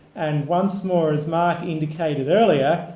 and once more, as mark indicated earlier,